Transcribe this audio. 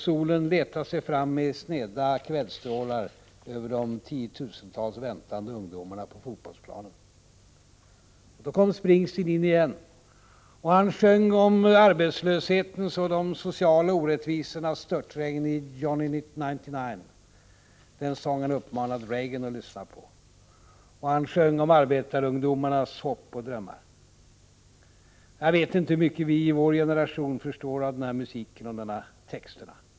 Solen letade sig fram med sneda kvällsstrålar över de tiotusentals väntande ungdomarna på fotbollsplanen. Då kom Bruce Springsteen in igen. Han sjöng om arbetslöshetens och de sociala orättvisornas störtregn i ”Johnny 99” — den sång som han uppmanat Reagan att lyssna på —, och han sjöng om arbetarungdomarnas hopp och drömmar. Jag vet inte hur mycket vi i vår generation förstår av denna musik och av dessa texter.